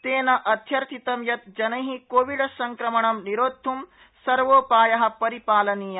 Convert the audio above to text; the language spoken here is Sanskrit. तेन अध्यर्थित यत् जनै कोविड संक्रमण निरोद्वं सर्वोपाया परिपालनीया